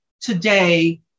today